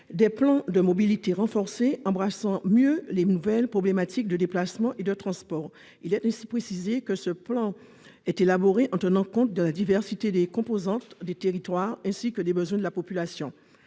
des plans de mobilité renforcés embrassant mieux les nouvelles problématiques de déplacement et de transport. Il est ainsi précisé que ce plan est élaboré « en tenant compte de la diversité des composantes du territoire ainsi que des besoins de la population